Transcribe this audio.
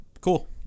Cool